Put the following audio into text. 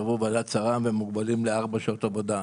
והם מוגבלים לארבע שעות עבודה.